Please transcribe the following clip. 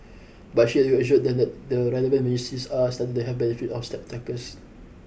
but she assured them that the relevant are studying the health benefits of step trackers